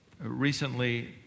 recently